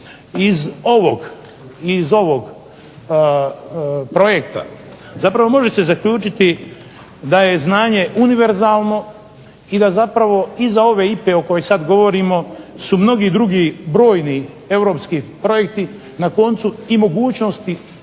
iz ovog projekta zapravo može se zaključiti da je znanje univerzalno i da zapravo iza ove IPA-e o kojoj sad govorimo su mnogi drugi brojni europski projekti. Na koncu, i mogućnosti